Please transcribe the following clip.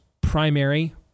primary